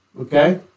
okay